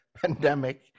pandemic